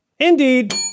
Indeed